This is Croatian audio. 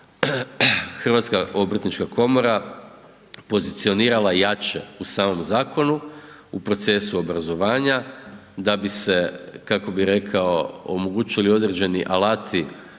da bi se HOK pozicionirala jače u samom zakonu u procesu obrazovanja, da bi se, kako bih rekao, omogućili određeni alati da